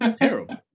terrible